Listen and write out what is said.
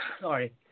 Sorry